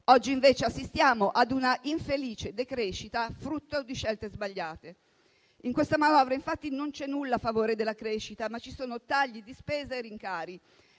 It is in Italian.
Oggi invece assistiamo a una infelice decrescita, frutto di scelte sbagliate. In questa manovra infatti non c'è nulla a favore della crescita, ma ci sono tagli di spesa e rincari.